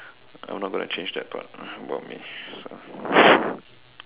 I'm not going to change that part about me so